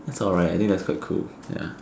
that's alright I think that's quite cool ya